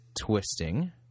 twisting